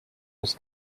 was